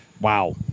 Wow